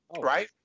right